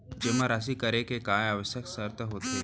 जेमा राशि करे के का आवश्यक शर्त होथे?